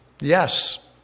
Yes